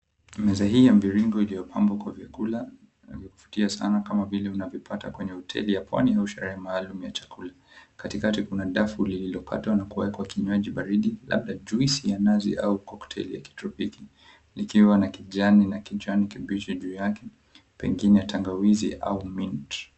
Meza hii ya mviringo iliyopambwa kwa vyakula vya kuvutia sana kama vile unavyopata kwenye hoteli ya pwani au sherehe maalum mna chakula. Katikati kuna dafu lililokatwa na kuwekwa kinywaji baridi labda juice ya nazi au cocktail ya kitropiki likiwa na kijani na kijani kibichi juu yake pengine ya tangawizi au mint .